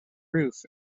roof